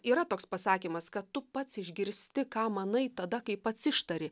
yra toks pasakymas kad tu pats išgirsti ką manai tada kai pats ištari